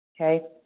okay